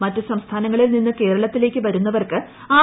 മറ്റു സംസ്ഥാനങ്ങളിൽ നിന്ന് ക്ടേരളത്തിലേക്ക് വരുന്നവർക്ക് ആർ